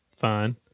fine